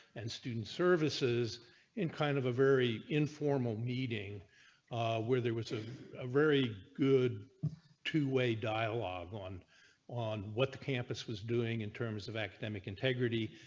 and student services in kind of a very informal meeting where there was ah a very good two way dialogue on on what the campus was doing in terms of academic integrity.